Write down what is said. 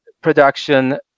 production